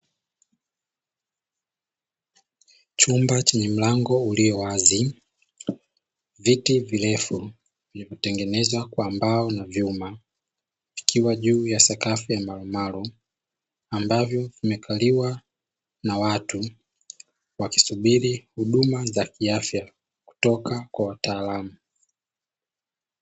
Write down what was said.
Chumba chenye mlango uliowazi, viti virefu vilivyo tengenezwa kwa mbao na vyuma vikiwa juu ya sakafu ya marumaru, ambavyo vimekaliwa na watu wakisubiri huduma za kiafya kutoka kwa wataalamu.